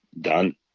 done